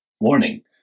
Warning